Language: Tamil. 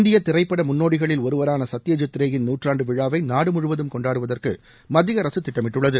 இந்திய திரைப்பட முன்னோடிகளில் ஒருவரான சத்யஜித்ரேயின் நூற்றாண்டு விழாவை நாடுமுழுவதும் கொண்டாடுவதற்கு மத்திய அரசு திட்டமிட்டுள்ளது